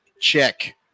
check